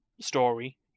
story